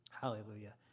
Hallelujah